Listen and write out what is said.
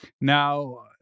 Now